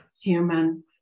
human